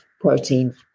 protein